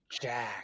Jack